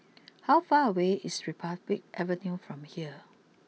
how far away is Republic Avenue from here